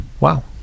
Wow